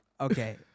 Okay